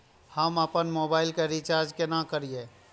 हम आपन मोबाइल के रिचार्ज केना करिए?